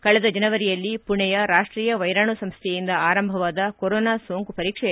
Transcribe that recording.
ಕಳೆದ ಜನವರಿಯಲ್ಲಿ ಮಣೆಯ ರಾಷ್ಷೀಯ ವೈರಾಣು ಸಂಸ್ಥೆಯಿಂದ ಆರಂಭವಾದ ಕೊರೊನಾ ಸೋಂಕು ಪರೀಕ್ಷೆ